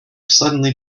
suddenly